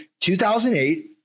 2008